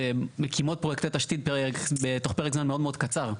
שמקימות פרויקטי תשתית בתוך פרק זמן מאוד מאוד קצר.